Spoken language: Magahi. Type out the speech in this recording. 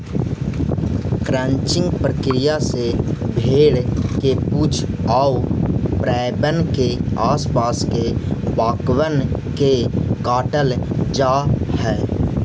क्रचिंग प्रक्रिया से भेंड़ के पूछ आउ पैरबन के आस पास के बाकबन के काटल जा हई